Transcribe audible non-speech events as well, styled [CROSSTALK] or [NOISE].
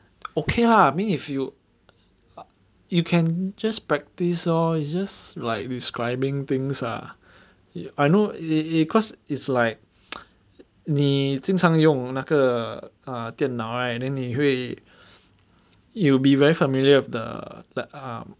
okay lah I mean if you you can just practice lor is just like describing things ah I know it it cause is like [NOISE] 你经常用那个 err 电脑 right then 你会 you will be very familiar with the like um